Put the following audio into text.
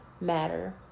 matter